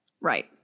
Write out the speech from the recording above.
Right